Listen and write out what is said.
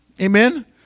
amen